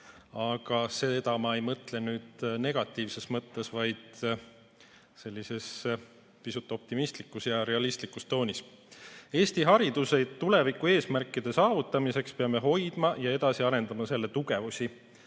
Aga seda ma ei mõtle negatiivses mõttes, vaid sellises pisut optimistlikus ja realistlikus toonis. Eesti hariduse tulevikueesmärkide saavutamiseks peame hoidma ja edasi arendama selle tugevusi,